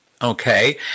Okay